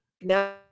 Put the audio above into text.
now